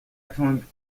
تند